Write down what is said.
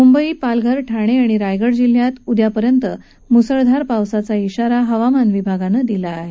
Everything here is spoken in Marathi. मुंबई पालघर ठाणे आणि रायगड जिल्ह्यात उद्यापर्यंत मुसळधार पाऊस होईल असा शिरा हवामान विभागानं दिला आहे